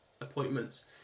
appointments